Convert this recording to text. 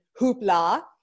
hoopla